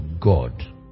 God